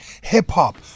hip-hop